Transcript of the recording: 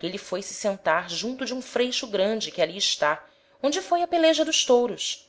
e êle foi-se sentar junto de um freixo grande que ali está onde foi a peleja dos touros